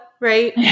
right